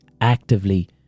actively